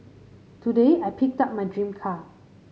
today I picked up my dream car